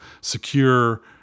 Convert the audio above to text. secure